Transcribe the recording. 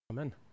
Amen